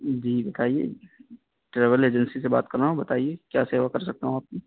جی بتائیے travel agency سے بات کر رہا ہوں بتائیے کیا سیوا کر سکتا ہوں آپ کی